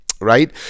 right